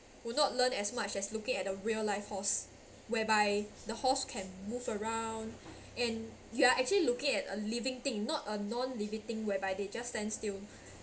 would not learn as much as looking at a real life horse whereby the horse can move around and you're actually looking at a living thing not a non living thing whereby they just stand still